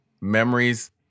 memories